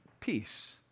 peace